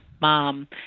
mom